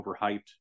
overhyped